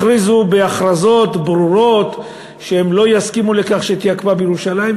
הכריזו בהכרזות ברורות שהם לא יסכימו שתהיה הקפאה בירושלים,